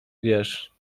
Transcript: wiesz